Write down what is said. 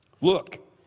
Look